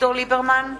אביגדור ליברמן,